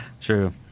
True